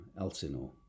Elsinore